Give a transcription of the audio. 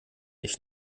ich